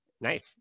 nice